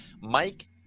Mike